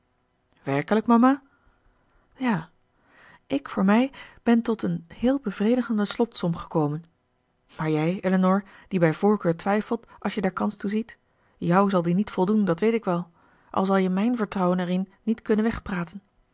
werkelijk mama ja ik voor mij ben tot een heel bevredigende slotsom gekomen maar jij elinor die bij voorkeur twijfelt als je daar kans toe ziet jou zal die niet voldoen dat weet ik wel al zal je mijn vertrouwen erin niet kunnen wegpraten